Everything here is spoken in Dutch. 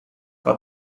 wat